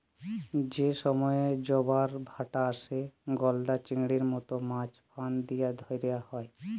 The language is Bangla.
যে সময়ে জবার ভাঁটা আসে, গলদা চিংড়ির মত মাছ ফাঁদ দিয়া ধ্যরা হ্যয়